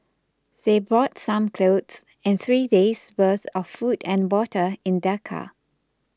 they brought some clothes and three days' worth of food and water in their car